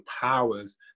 powers